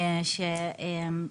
בנוסף,